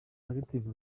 active